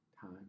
Time